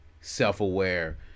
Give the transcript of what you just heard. self-aware